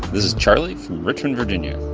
this is charlie from richmond, va.